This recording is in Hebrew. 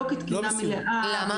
למה?